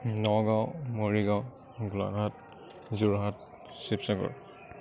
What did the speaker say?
Nagaon Morigaon Golaghat Jorhat Sivasagar